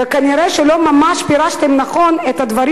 וכנראה לא ממש פירשתם נכון את הדברים